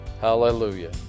Hallelujah